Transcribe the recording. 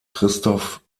christoph